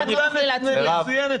חבל, לא תוכלי להצביע.